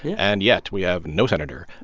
and yet, we have no senator,